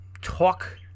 talk